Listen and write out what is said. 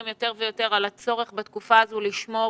יותר ויותר על הצורך בתקופה הזו לשמור